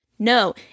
No